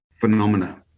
Phenomena